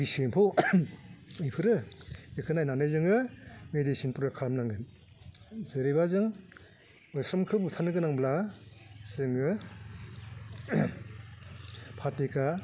बिस एम्फौ बिफोरो बेखौ नायनानै जोङो मेडिसिनफोर खालामनांगोन जेरैबा जों मोस्रोमखौ बुथारनो गोनांब्ला जोङो फाथैखा